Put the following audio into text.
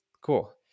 Cool